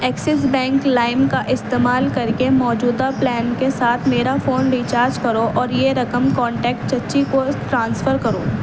Axis bank Lime کا استعمال کر کے موجودہ پلان کے ساتھ میرا فون ریچارج کرو اور یہ رقم کانٹیکٹ چچی کو ٹرانسفر کرو